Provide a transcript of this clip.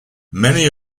many